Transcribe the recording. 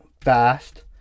fast